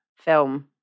film